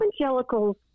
evangelicals